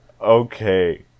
okay